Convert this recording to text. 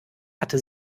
hatte